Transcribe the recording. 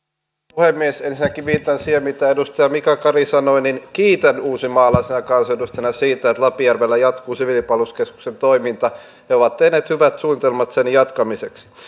puhemies ensinnäkin viittaan siihen mitä edustaja mika kari sanoi kiitän uusimaalaisena kansanedustajana siitä että lapinjärvellä jatkuu siviilipalveluskeskuksen toiminta he ovat tehneet hyvät suunnitelmat sen jatkamiseksi